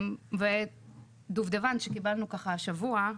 דובדבן שקיבלנו השבוע,